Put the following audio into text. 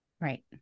Right